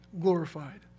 glorified